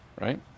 Right